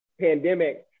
pandemic